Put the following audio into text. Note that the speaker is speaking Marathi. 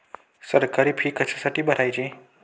सरकारी फी कशासाठी भरायची